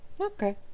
Okay